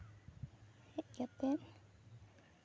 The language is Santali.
ᱦᱮᱡ ᱠᱟᱛᱮ